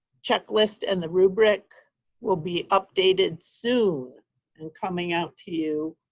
checklist and the rubric will be updated soon and coming out to you